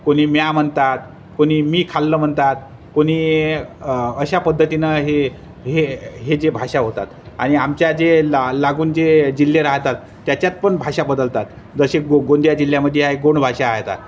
कोणी म्या म्हणतात कोणी मी खाल्लं म्हणतात कोणी अशा पद्धतीनं हे हे हे जे भाषा होतात आणि आमच्या जे ला लागून जे जिल्हे राहतात त्याच्यात पण भाषा बदलतात जसे गो गोंदिया जिल्ह्यामध्ये आहे गोंड भाषा राहतात